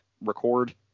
record